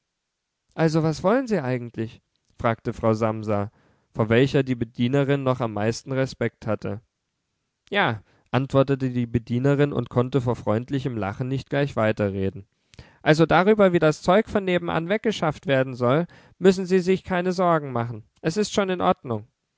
also was wollen sie eigentlich fragte frau samsa vor welcher die bedienerin noch am meisten respekt hatte ja antwortete die bedienerin und konnte vor freundlichem lachen nicht gleich weiterreden also darüber wie das zeug von nebenan weggeschafft werden soll müssen sie sich keine sorgen machen es ist schon in ordnung